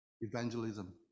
evangelism